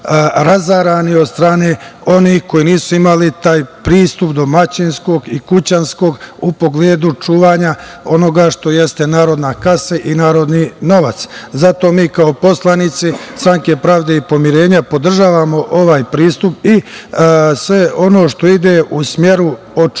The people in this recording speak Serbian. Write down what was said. razarani od strane onih koji nisu imali taj pristup domaćinskog i kućanskog u pogledu čuvanja onoga što jeste narodna kasa i jeste narodni novac. Zato mi kao poslanici Stranke pravde i pomirenja podržavamo ovaj pristup i sve ono što ide u smeru očuvanja,